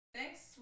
Thanks